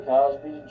Cosby